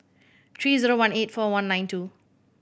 three zero one eight four one nine two